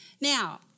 Now